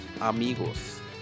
Amigos